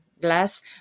glass